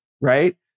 right